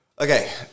Okay